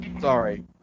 Sorry